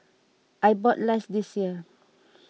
I bought less this year